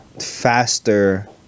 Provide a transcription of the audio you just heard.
faster